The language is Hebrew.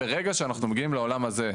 ברגע שאנחנו מגיעים לעולם הזה,